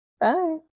bye